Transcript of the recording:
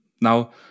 Now